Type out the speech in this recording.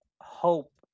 hope